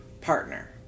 partner